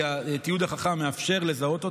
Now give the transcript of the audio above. כי התיעוד החכם מאפשר לזהות אותו,